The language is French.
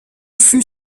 fut